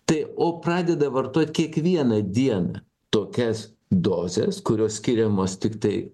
tai o pradeda vartot kiekvieną dieną tokias dozes kurios skiriamos tiktai